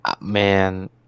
Man